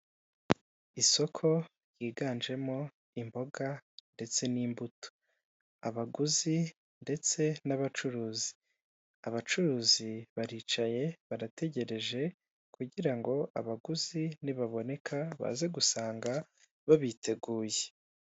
Isoko ryiganjemo imboga ndetse n'imbuto, abaguzi ndetse n'abacuruzi, abacuruzi baricaye barategereje kugira ngo abaguzi nibaboneka baze gusanga babiteguye